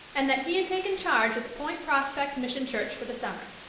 and that he had taken charge of the point prospect mission church for the summer.